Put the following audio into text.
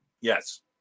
Yes